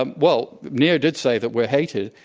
um well, nir did say that we're hated.